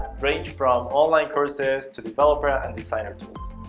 range from online courses to developer and designer tools.